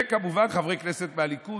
וכמובן חברי כנסת מהליכוד.